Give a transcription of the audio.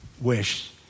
wish